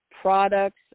products